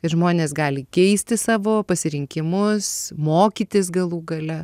ir žmonės gali keisti savo pasirinkimus mokytis galų gale